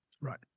Right